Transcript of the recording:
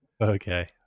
Okay